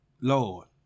Lord